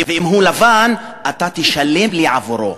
ואם הוא לבן, אתה תשלם לי עבורו.